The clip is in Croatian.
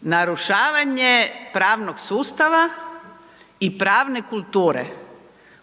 narušavanje pravnog sustava i pravne kulture